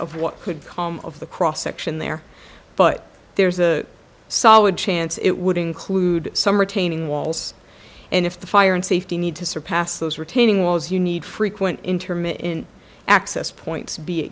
of what could come of the cross section there but there's a solid chance it would include some retaining walls and if the fire and safety need to surpass those retaining walls you need frequent intermittent access points b